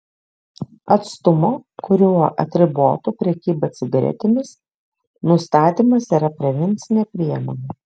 atstumo kuriuo atribotų prekybą cigaretėmis nustatymas yra prevencinė priemonė